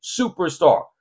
superstar